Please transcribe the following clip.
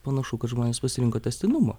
panašu kad žmonės pasirinko tęstinumą